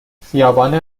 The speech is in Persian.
خیابان